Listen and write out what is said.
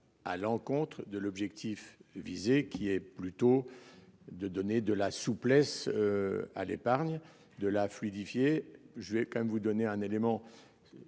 à l'encontre de l'objectif visé, qui est plutôt de donner de la souplesse. À l'épargne de la fluidifier. Je vais quand même vous donner un élément.